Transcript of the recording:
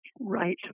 Right